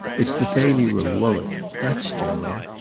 it's the failure of woollett. that's general.